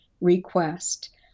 request